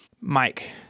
Mike